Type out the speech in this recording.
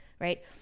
right